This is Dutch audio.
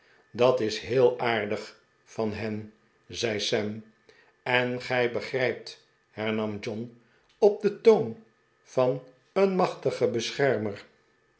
dat is heel aardig van hen zei sam en gij begrijpt hernam john op den toon van een machtigen beschermer